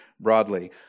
broadly